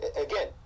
again